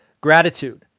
Gratitude